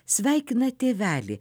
sveikina tėvelį